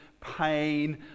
pain